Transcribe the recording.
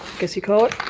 guess you call it.